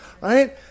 right